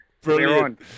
Brilliant